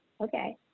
okay